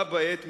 בה בעת,